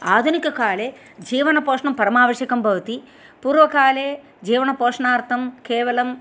आधुनिककाले जीवनपोषणं परमावश्यकं भवति पूर्वकाले जीवनपोषणार्थं केवलं